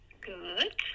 Good